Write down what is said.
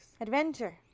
Adventure